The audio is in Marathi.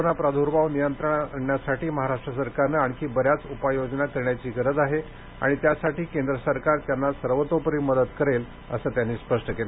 कोरोना प्रादुर्भाव नियंत्रणात आणण्यासाठी महाराष्ट्र सरकारने आणखी बऱ्याच उपाययोजना करण्याची गरज आहे आणि त्यासाठी केंद्र सरकार त्यांना सर्वतोपरी मदत करेल असंही त्यांनी स्पष्ट केलं